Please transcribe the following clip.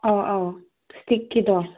ꯑꯧ ꯑꯧ ꯏꯁꯇꯤꯛꯀꯤꯗꯣ